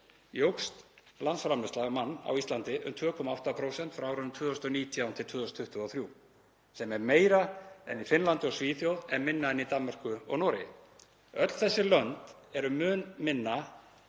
jókst landsframleiðsla á mann á Íslandi um 2,8% frá árinu 2019 til 2023, sem er meira en í Finnlandi og Svíþjóð en minna en í Danmörku og Noregi. Öll þessi lönd eru mun minna